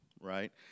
right